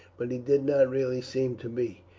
but he did not really seem to be,